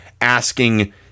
asking